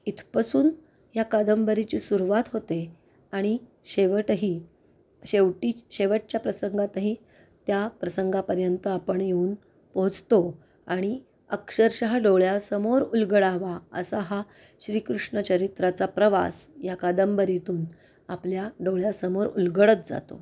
इथपासून या कादंबरीची सुरुवात होते आणि शेवटही शेवटी शेवटच्या प्रसंगातही त्या प्रसंगापर्यंत आपण येऊन पोचतो आणि अक्षरशः हा डोळ्यासमोर उलगडावा असा हा श्रीकृष्ण चरित्राचा प्रवास या कादंबरीतून आपल्या डोळ्यासमोर उलगडत जातो